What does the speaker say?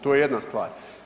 To je jedna stvar.